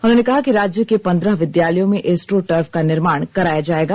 उन्होंने कहा कि राज्य के पंद्रह विद्यालयों में एस्ट्रोटर्फ का निर्माण कराया जाएगा